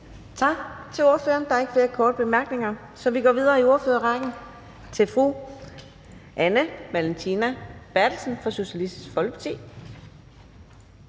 Tak til ordføreren. Der er ikke flere korte bemærkninger. Vi går videre til næste ordfører i rækken, og det er fru Astrid Carøe fra Socialistisk Folkeparti.